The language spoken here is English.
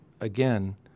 again